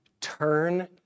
turn